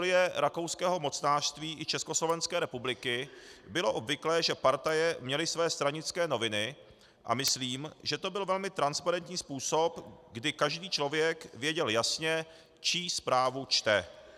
Po celou dobu historie rakouského mocnářství i Československé republiky bylo obvyklé, že partaje měly své stranické noviny, a myslím, že to byl velmi transparentní způsob, kdy každý člověk věděl jasně, čí zprávu čte.